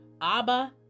abba